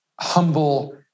humble